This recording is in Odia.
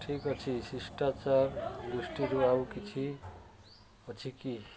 ଠିକ୍ ଅଛି ଶିଷ୍ଟାଚାର ଦୃଷ୍ଟିରୁ ଆଉ କିଛି ଅଛି କି